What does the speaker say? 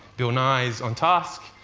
bill nigh's on task,